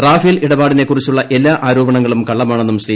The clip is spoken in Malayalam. റാഫേൽ ഇടപാടിനെ കുറിച്ചുള്ള എല്ലാ ആരോപണങ്ങളും കള്ളമാ ണെന്നും ശ്രീ